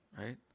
right